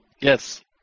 Yes